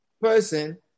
person